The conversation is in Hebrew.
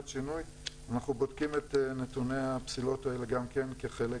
שינוי אנחנו בודקים את נתוני הפסילות האלה גם כן כחלק